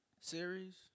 series